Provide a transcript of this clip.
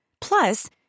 Plus